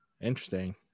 interesting